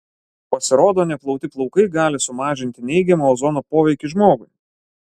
pasirodo neplauti plaukai gali sumažinti neigiamą ozono poveikį žmogui